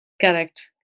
Correct